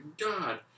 God